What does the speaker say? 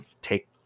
take